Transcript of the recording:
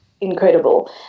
incredible